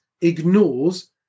ignores